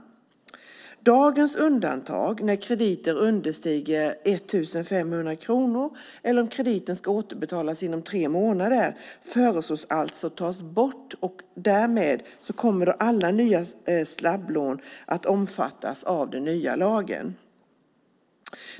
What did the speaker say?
Dagens undantag för krediter som understiger 1 500 kronor eller för krediter som ska återbetalas inom tre månader föreslås tas bort. Därmed kommer alla nya snabblån att omfattas av den nya lagen.